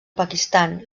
pakistan